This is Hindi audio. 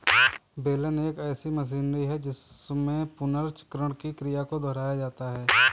बेलन एक ऐसी मशीनरी है जिसमें पुनर्चक्रण की क्रिया को दोहराया जाता है